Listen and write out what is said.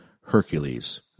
Hercules